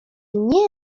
nie